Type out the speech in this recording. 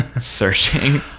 searching